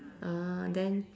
ah then